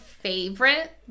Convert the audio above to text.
favorite